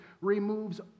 removes